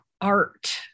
art